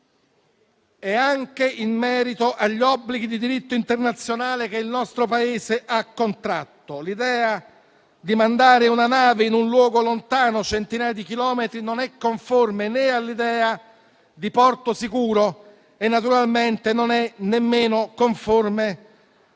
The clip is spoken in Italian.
e neanche agli obblighi di diritto internazionale che il nostro Paese ha contratto. L'idea di mandare una nave in un luogo lontano centinaia di chilometri non è conforme né all'idea di porto sicuro, né naturalmente all'etica e